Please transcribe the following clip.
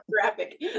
graphic